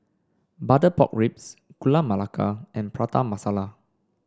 Butter Pork Ribs Gula Melaka and Prata Masala